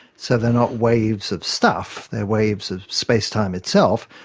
so they are not waves of stuff, they're waves of space-time itself,